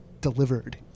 delivered